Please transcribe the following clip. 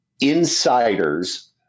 insiders